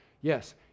Yes